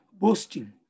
boasting